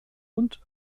und